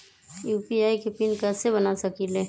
UPI के PIN कैसे बना सकीले?